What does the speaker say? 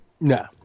No